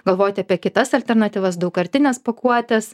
galvoti apie kitas alternatyvas daugkartines pakuotes